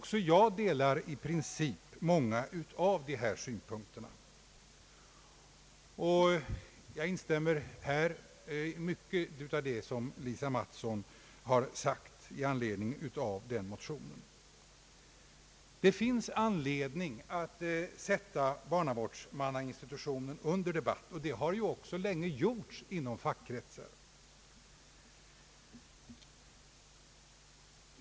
Även jag delar i princip många av dessa synpunkter. Jag instämmer också i mycket av det som fröken Lisa Mattson har sagt i anledning av den motionen. Det finns anledning att sätta barnavårdsmannainstitutionen under debatt, och så har också sedan länge skett inom fackkretsar.